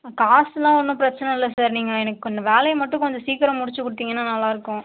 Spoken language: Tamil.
காஸுலாம் ஒன்றும் பிரச்சனை இல்லை சார் நீங்கள் எனக்கு அந்த வேலையை மட்டும் கொஞ்சம் சீக்கிரம் முடிச்சுக் கொடுத்தீங்கன்னா நல்லா இருக்கும்